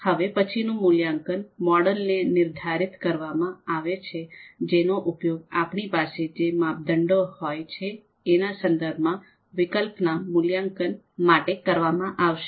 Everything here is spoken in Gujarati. હવે પછીનું મૂલ્યાંકન મોડેલને નિર્ધારિત કરવામાં આવે છે જેનો ઉપયોગ આપણી પાસે જે માપદંડો હોય છે એના સંદર્ભમાં વિકલ્પોના મૂલ્યાંકન માટે કરવામાં આવશે